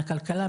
הכלכלה,